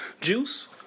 juice